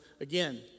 again